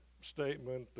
statement